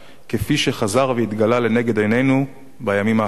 כפי שחזר והתגלה לנגד עינינו בימים האחרונים.